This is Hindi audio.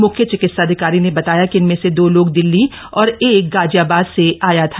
मुख्य चिकित्साधिकारी ने बताया कि इनमें से दो लोग दिल्ली और एक गाजियाबाद से आया था